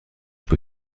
juge